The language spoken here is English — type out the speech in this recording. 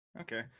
Okay